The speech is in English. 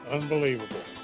Unbelievable